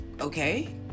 okay